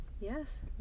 yes